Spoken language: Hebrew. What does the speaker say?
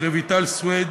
רויטל סויד,